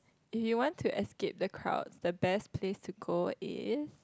you want to escape the crowd the best place to go is